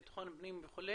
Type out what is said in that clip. בטחון פנים וכו',